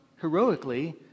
heroically